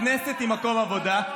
הכנסת היא מקום עבודה,